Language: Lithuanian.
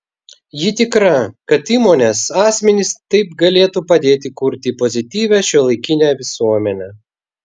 ji tikra kad įmonės asmenys taip galėtų padėti kurti pozityvią šiuolaikinę visuomenę